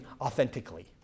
authentically